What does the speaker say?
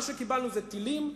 מה שקיבלנו זה טילים,